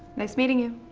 nice meeting you.